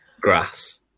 grass